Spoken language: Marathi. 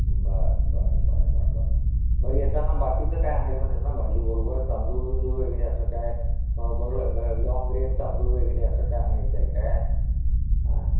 बर बर बर बर येताना बाकीचं काय आणायचं नाही ना भाजी बरोबर तांदूळ बिंदूळ वगैरे असं काय लॉन्ग ग्रेन तांदूळ वगैरे असं काय आणायचं आहे काय आं